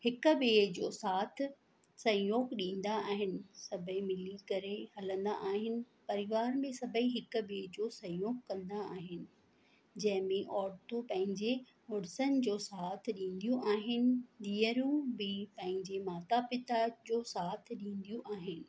हिक ॿिए जो साथ सहयोग ॾींदा आहिनि सभेई मिली करे हलंदा आहिनि परिवार में सभेई हिक ॿिए जो सहयोग कंदा आहिनि जंहिं में औरतूं पंहिंजे मुड़ुसुनि जो साथ ॾींदियूं आहिनि धीअरूं बि पंहिंजे माता पिता जो साथ ॾींदियूं आहिनि